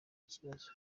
kibazo